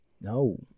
No